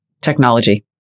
technology